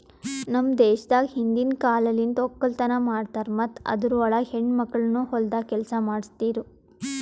ನಮ್ ದೇಶದಾಗ್ ಹಿಂದಿನ್ ಕಾಲಲಿಂತ್ ಒಕ್ಕಲತನ ಮಾಡ್ತಾರ್ ಮತ್ತ ಅದುರ್ ಒಳಗ ಹೆಣ್ಣ ಮಕ್ಕಳನು ಹೊಲ್ದಾಗ್ ಕೆಲಸ ಮಾಡ್ತಿರೂ